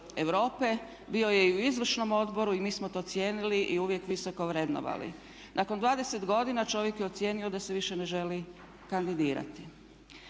bio je i u izvršnom odboru i mi smo to cijenili i uvijek visoko vrednovali. Nakon 20 godina čovjek je ocijenio da se više ne želi kandidirati.